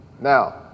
Now